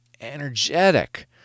energetic